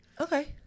okay